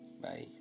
Bye